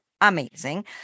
amazing